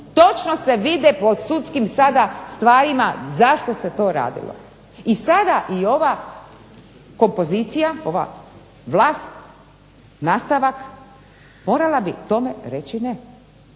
točno se vide po sudskim sada stvarima zašto se to radilo. I sada i ova kompozicija, ova vlast nastavak morala bi tome reći ne